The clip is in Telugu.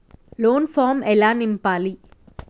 లోన్ ఫామ్ ఎలా నింపాలి?